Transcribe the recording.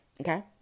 okay